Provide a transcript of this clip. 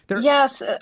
Yes